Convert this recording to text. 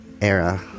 era